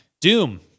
Doom